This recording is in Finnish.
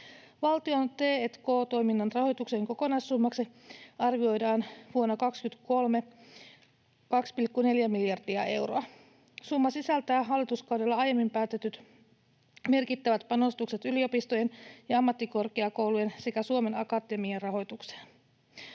Valtion t&k-toiminnan rahoituksen kokonaissummaksi vuonna 23 arvioidaan 2,4 miljardia euroa. Summa sisältää hallituskaudella aiemmin päätetyt, merkittävät panostukset yliopistojen ja ammattikorkeakoulujen sekä Suomen Akatemian rahoitukseen.